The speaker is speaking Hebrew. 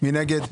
מי נגד?